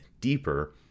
deeper